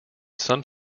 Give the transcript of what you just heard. some